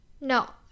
No